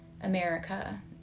America